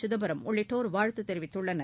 சிதம்பரம் உள்ளிட்டோர் வாழ்த்து தெரிவித்துள்ளனர்